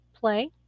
play